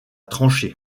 tranché